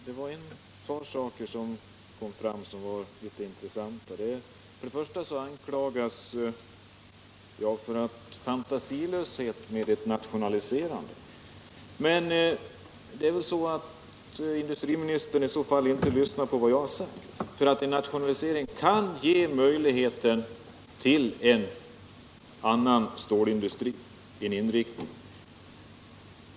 Herr talman! Det var ett par intressanta saker som kom fram. Jag anklagas för fantasilöshet när det gäller nationaliserandet. Industriministern har i så fall inte lyssnat på vad jag har sagt. En nationalisering kan ge möjligheter till en annan inriktning av stålindustrin.